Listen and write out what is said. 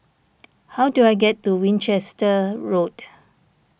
how do I get to Winchester Road